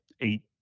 eight